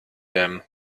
werden